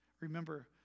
remember